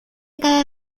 cada